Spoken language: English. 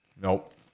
Nope